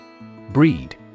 Breed